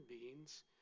beings